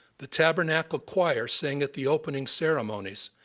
the tabernacle choir sang at the opening ceremonies,